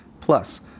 plus